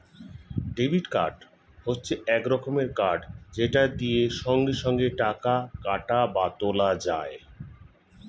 debit card হচ্ছে এক রকমের কার্ড যেটা দিয়ে সঙ্গে সঙ্গে টাকা কাটা বা তোলা যায়